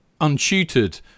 untutored